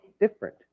different